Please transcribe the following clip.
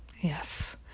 Yes